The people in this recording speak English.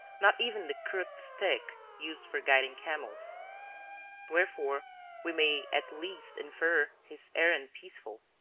not even the crooked stick used for guiding camels wherefore we may at least infer his errand peaceful,